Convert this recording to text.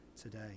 today